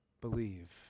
believe